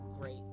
great